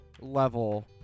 level